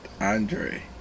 Andre